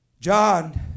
John